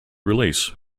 release